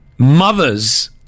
Mothers